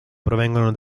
provengono